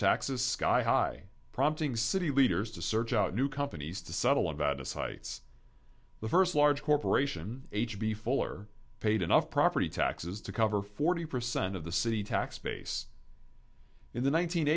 taxes sky high prompting city leaders to search out new companies to settle about a site's the first large corporation h b fuller paid enough property taxes to cover forty percent of the city tax base in the